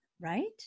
right